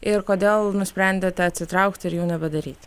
ir kodėl nusprendėte atsitraukti ir jų nebedaryti